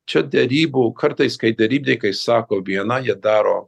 čia derybų kartais kai derybininkai sako vieną jie daro